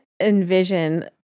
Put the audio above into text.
envision